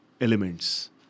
elements